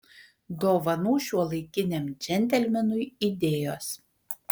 dovanų šiuolaikiniam džentelmenui idėjos